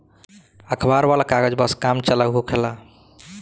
अखबार वाला कागज बस काम चलाऊ होखेला